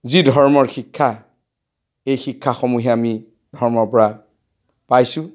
যি ধৰ্মৰ শিক্ষা এই শিক্ষাসমূহে আমি ধৰ্মৰপৰা পাইছোঁ